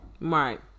right